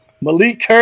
Malik